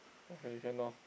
okay can now